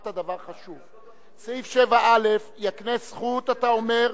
אמרת דבר חשוב, סעיף 7א יקנה זכות, אתה אומר,